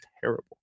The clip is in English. terrible